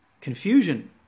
confusion